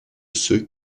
ceux